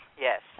yes